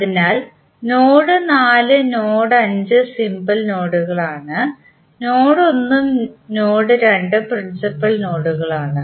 അതിനാൽ node 4 node 5 simple നോഡുകളാണ് node 1 ഉം നോഡ് 2 ഉം പ്രിൻസിപ്പൽ നോഡുകളാണ്